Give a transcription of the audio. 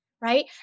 right